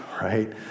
right